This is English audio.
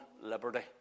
liberty